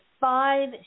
five